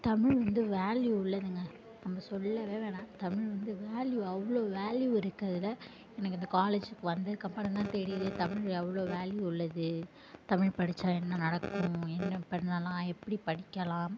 தமிழ் வந்து வேல்யூ உள்ளதுங்க நம்ம சொல்லவே வேணாம் தமிழ் வந்து வேல்யூ அவ்வளோ வேல்யூ இருக்குது அதில் எனக்கு இந்த காலேஜிக்கு வந்ததுக்கப்புறம் தான் தெரியிதே தமிழில் அவ்வளோ வேல்யூ உள்ளது தமிழ் படித்தா என்ன நடக்கும் என்ன பண்ணலாம் எப்படி படிக்கலாம்